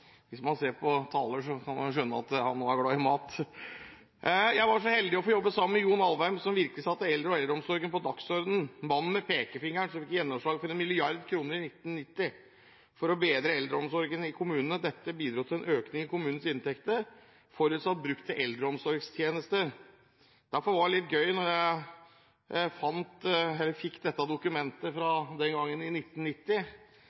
Hvis man ser på taleren, kan man skjønne at han også er glad i mat. Jeg var så heldig å få jobbe sammen med John Alvheim, som virkelig satte eldre og eldreomsorgen på dagsordenen – mannen med pekefingeren som fikk gjennomslag for 1 mrd. kr i 1990 for å bedre eldreomsorgen i kommunene. Dette bidro til økning i kommunens inntekter, forutsatt brukt til eldreomsorgstjenester. Derfor var det litt gøy å ha med dette dokumentet fra den gangen, fra 1990.